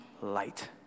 light